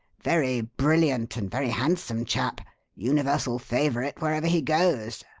very brilliant and very handsome chap universal favourite wherever he goes.